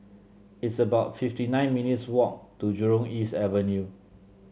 it's about fifty nine minutes' walk to Jurong East Avenue